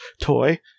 toy